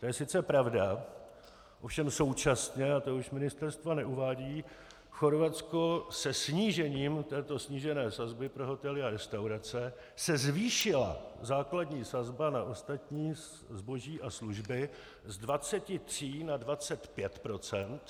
To je sice pravda, ovšem současně, a to už ministerstva neuvádějí, v Chorvatsku se snížením této snížené sazby pro hotely a restaurace se zvýšila základní sazba na ostatní zboží a služby z 23 na 25 %.